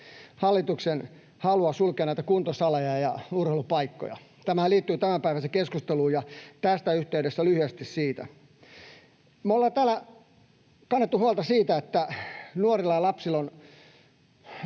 hallituksen halua sulkea kuntosaleja ja urheilupaikkoja. Tämähän liittyy tämänpäiväiseen keskusteluun, ja tässä yhteydessä lyhyesti siitä: Me ollaan täällä kannettu huolta siitä, että nuorille ja lapsille on